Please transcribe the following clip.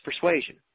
persuasion